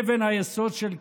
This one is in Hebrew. אבן היסוד של קיומנו.